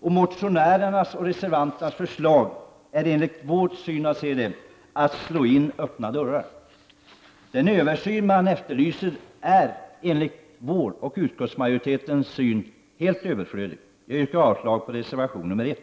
Motionärernas och reservanternas förslag är enligt vårt sätt att se detsamma som att slå in öppna dörrar. Den översyn man efterlyser är enligt vår och utskottsmajoritetens syn helt överflödig. Jag yrkar avslag på reservation nr 1.